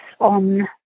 on